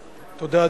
תודה,